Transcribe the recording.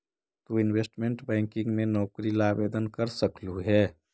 तु investment banking में नौकरी ला आवेदन कर सकलू हे